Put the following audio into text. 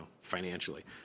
financially